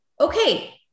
okay